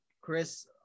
Chris